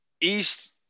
east